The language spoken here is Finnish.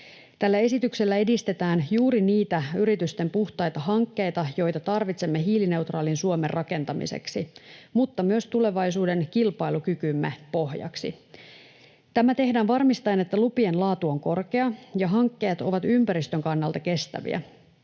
Tällä esityksellä edistetään juuri niitä yritysten puhtaita hankkeita, joita tarvitsemme hiilineutraalin Suomen rakentamiseksi mutta myös tulevaisuuden kilpailukykymme pohjaksi. Tämä tehdään varmistaen, että lupien laatu on korkea ja hankkeet ovat ympäristön kannalta kestäviä.